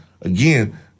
again